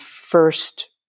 first